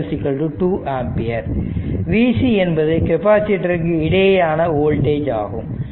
Vc என்பது கெப்பாசிட்டிருக்கு இடையேயான வோல்டேஜ் ஆகும்